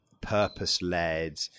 purpose-led